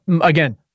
Again